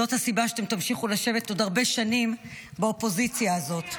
זאת הסיבה שאתם תמשיכו לשבת עוד הרבה שנים באופוזיציה הזאת.